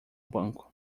banco